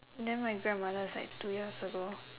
then my grandmother is like two years ago